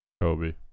Kobe